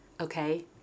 okay